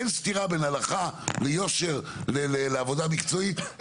אין סתירה בין הלכה ליושר, לעבודה מקצועית.